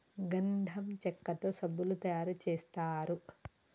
గంధం చెక్కతో సబ్బులు తయారు చేస్తారు